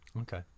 Okay